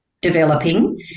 developing